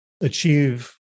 achieve